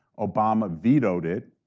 obama vetoed it.